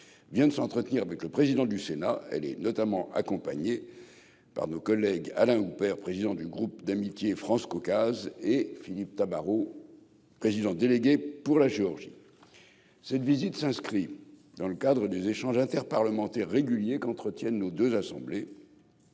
vient de s'entretenir avec M. le président du Sénat. Elle est notamment accompagnée par nos collègues Alain Houpert, président du groupe d'amitié France-Caucase, et Philippe Tabarot, président délégué pour la Géorgie. Cette visite s'inscrit dans le cadre des échanges interparlementaires réguliers entre nos deux assemblées.